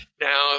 Now